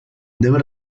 debe